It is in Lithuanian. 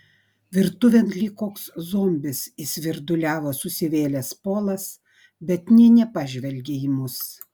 virtuvėn lyg koks zombis įsvirduliavo susivėlęs polas bet nė nepažvelgė į mus